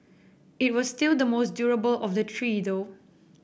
it was still the most durable of the three though